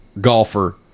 golfer